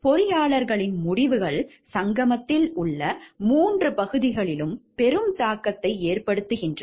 பொறியாளர்களின் முடிவுகள் சங்கமத்தில் உள்ள 3 பகுதிகளிலும் பெரும் தாக்கத்தை ஏற்படுத்துகின்றன